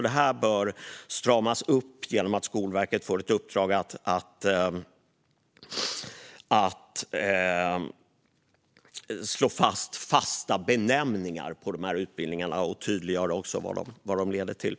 Det här bör stramas upp genom att Skolverket får ett uppdrag att slå fast fasta benämningar på utbildningarna och tydliggöra vad de leder till.